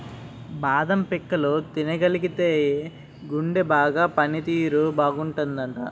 బాదం పిక్కలు తినగలిగితేయ్ గుండె బాగా పని తీరు బాగుంటాదట